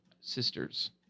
sisters